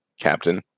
captain